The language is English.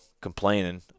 complaining